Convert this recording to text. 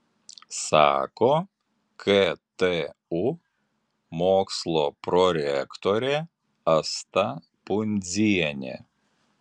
sako ktu mokslo prorektorė asta pundzienė